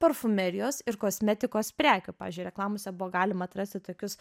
parfumerijos ir kosmetikos prekių pavyzdžiui reklamose buvo galima atrasti tokius